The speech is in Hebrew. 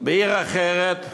בעיר אחרת,